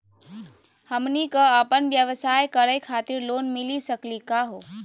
हमनी क अपन व्यवसाय करै खातिर लोन मिली सकली का हो?